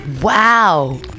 Wow